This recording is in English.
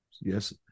Yes